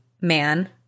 man